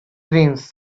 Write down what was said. dreams